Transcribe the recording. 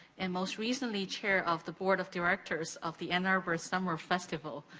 and most recently, chair of the board of directors of the ann arbor summer festival.